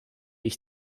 ich